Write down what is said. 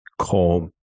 calm